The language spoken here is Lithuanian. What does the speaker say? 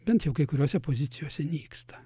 bent jau kai kuriose pozicijose nyksta